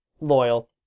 loyal